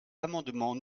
l’amendement